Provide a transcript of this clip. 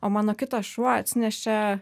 o mano kitas šuo atsinešė